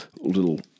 Little